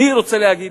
אני רוצה להגיד